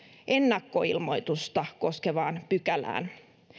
ennakkoilmoitusta koskevaan pykälään